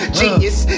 genius